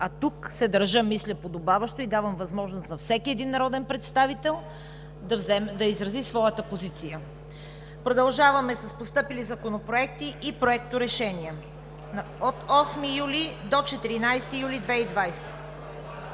а тук се държа, мисля, подобаващо и давам възможност на всеки един народен представител да изрази своята позиция. Продължаваме с постъпили законопроекти и проекторешения от 8 до 14 юли 2020